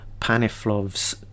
Paniflov's